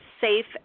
safe